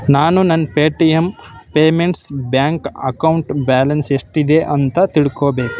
ನಾನು ನನ್ನ Paytm payments bank account balance ಎಷ್ಟಿದೆ ಅಂತ ತಿಳ್ಕೊಳ್ಬೇಕು